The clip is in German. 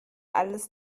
alles